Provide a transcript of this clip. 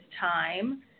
time